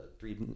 Three